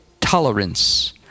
tolerance